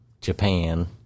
Japan